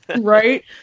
Right